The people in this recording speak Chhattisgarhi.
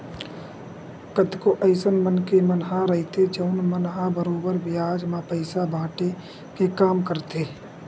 कतको अइसन मनखे मन ह रहिथे जउन मन ह बरोबर बियाज म पइसा बाटे के काम करथे